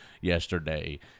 yesterday